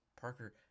Parker